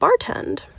bartend